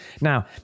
Now